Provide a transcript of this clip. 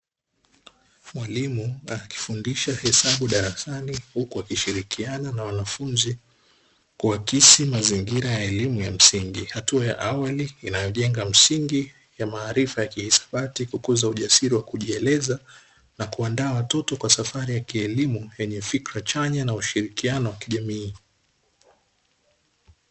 Mwalimu akifundisha hesabu darasani huku akishirikiana na wanafunzi kuakisi mazingira ya elimu ya msingi. Hatua ya awali inayojenga msingi ya maarifa ya kihisabati kukuza ujasiri wa kujieleza, na kuandaa watoto kwa safari ya kielimu yenye fikra chanya na ushirikiano wa kijamii.